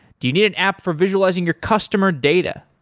do you need an app for visualizing your customer data?